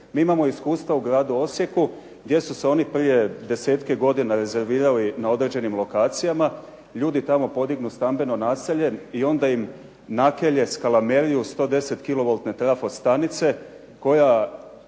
Mi imamo iskustva u gradu Osijeku gdje su se oni prije 10-ke godina rezervirali na određenim lokacijama, ljudi tamo podignu stambeno naselje i onda im nakelje skalameriju 110 kilovoltne trafostanice koja,